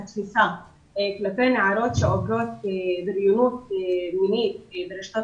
נערות שעוברות בריונות מינית ברשתות